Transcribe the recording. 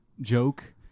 joke